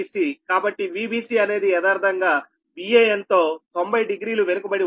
కాబట్టి Vbc అనేది యదార్ధంగా Van తో 900 వెనుకబడి ఉంది